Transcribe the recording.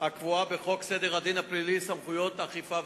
הקבועה בחוק סדר הדין הפלילי (סמכויות אכיפה,